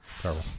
Terrible